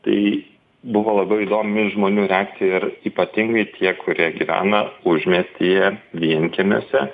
tai buvo labai įdomi žmonių reakcija ir ypatingai tie kurie gyvena užmiestyje vienkiemiuose